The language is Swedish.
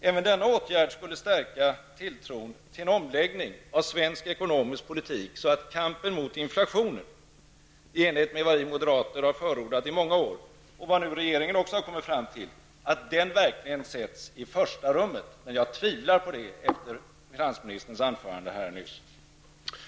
Även denna åtgärd skulle stärka tilltron till en omläggning av svensk ekonomisk politik, så att kampen mot inflationen i enlighet med vad vi moderater i många år förordat och enligt vad regeringen också kommit fram till verkligen sätts i främsta rummet. Men efter finansministerns anförande nyss tvivlar jag på att så kommer att bli fallet.